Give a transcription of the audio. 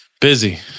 busy